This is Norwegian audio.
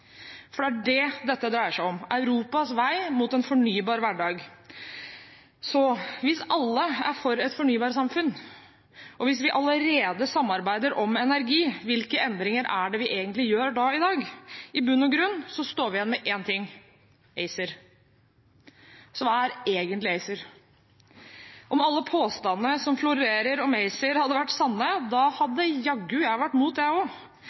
For det er det dette dreier seg om: Europas vei mot en fornybar hverdag. Hvis alle er for et fornybarsamfunn, og hvis vi allerede samarbeider om energi, hvilke endringer er det vi da egentlig gjør i dag? I bunn og grunn står vi igjen med én ting: ACER. Så hva er egentlig ACER? Om alle påstandene som florerer om ACER hadde vært sanne, hadde jaggu jeg også vært imot, for hvem vil vel ha høyere strømpriser, og